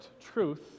truth